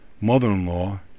mother-in-law